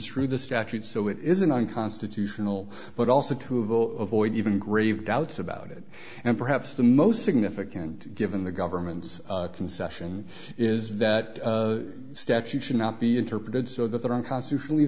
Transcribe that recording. e the statute so it isn't unconstitutional but also to have avoid even grave doubts about it and perhaps the most significant given the government's concession is that statute should not be interpreted so that that unconstitutionally